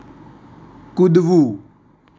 કૂદવું